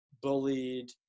bullied